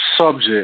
subject